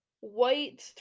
White